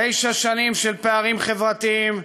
תשע שנים של פערים חברתיים,